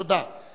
תודה.